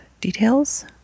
details